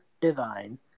divine